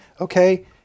okay